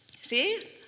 See